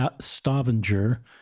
Stavanger